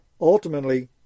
ultimately